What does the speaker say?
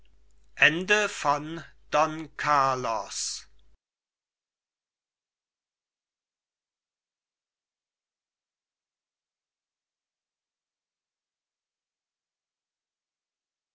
auftritt don carlos